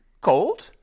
Cold